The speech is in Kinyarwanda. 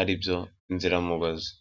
ari byo inziramugozi.